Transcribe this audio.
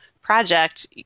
project